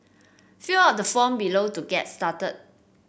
fill out the form below to get started